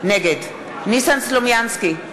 נגד ניסן סלומינסקי,